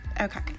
Okay